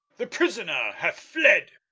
the prisoner hath fled!